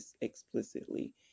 explicitly